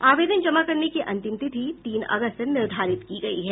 आवेदन जमा करने की अंतिम तिथि तीन अगस्त निर्धारित की गयी है